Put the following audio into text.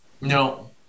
No